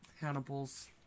Hannibal's